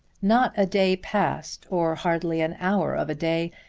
not a day passed, or hardly an hour of a day,